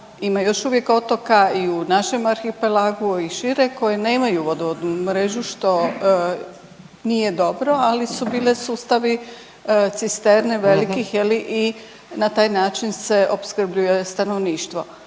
ima još uvijek otoka i u našem arhipelagu, a i šire, koji nemaju vodovodnu mrežu, što nije dobro, ali su bile sustavi cisterne velikih, je li, i na taj način se opskrbljuje stanovništvo.